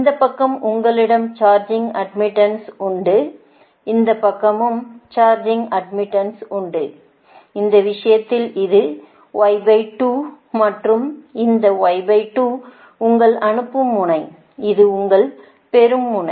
இந்த பக்கம் உங்களிடம் சார்ஜிங் அட்மிட்டன்ஸ் உண்டு இந்த பக்கமும் சார்ஜிங் அட்மிட்டன்ஸ் உண்டுஇந்த விஷயத்தில் இது மற்றும் இந்த உங்கள் அனுப்பும் முனை இது உங்கள் பெறும் முனை